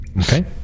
Okay